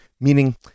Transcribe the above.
Meaning